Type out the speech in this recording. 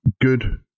good